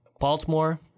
Baltimore